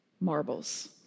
marbles